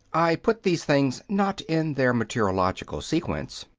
i put these things not in their mature logical sequence,